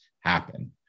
happen